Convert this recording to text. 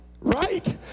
Right